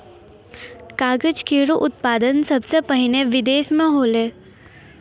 कागज केरो उत्पादन सबसें पहिने बिदेस म होलै